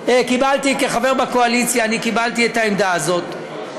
כחבר בקואליציה אני קיבלתי את העמדה הזאת,